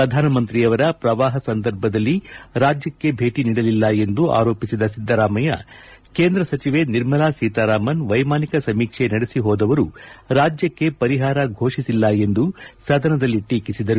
ಪ್ರಧಾನಮಂತ್ರಿಯವರ ಪ್ರವಾಹ ಸಂದರ್ಭದಲ್ಲಿ ರಾಜ್ಯಕ್ಕೆ ಭೇಟಿ ನೀಡಲಿಲ್ಲ ಎಂದು ಆರೋಪಿಸಿದ ಸಿದ್ಧರಾಮಯ್ಯ ಕೇಂದ್ರ ಸಚಿವೆ ನಿರ್ಮಲಾ ಸೀತಾರಾಮನ್ ವೈಮಾನಿಕ ಸಮೀಕ್ಷೆ ನಡೆಸಿ ಹೋದವರು ರಾಜ್ಯಕ್ಕೆ ಪರಿಹಾರ ಘೋಷಿಸಿಲ್ಲ ಎಂದು ಸದನದಲ್ಲಿ ಟೀಕಿಸಿದರು